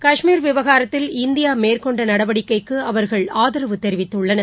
கஷ்மீர் விவகாரத்தில் இந்தியாமேற்கொண்ட நடவடிக்கைக்கு அவர்கள் ஆதரவு தெரிவித்துள்ளார்